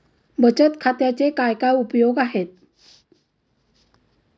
बचत खात्याचे काय काय उपयोग आहेत?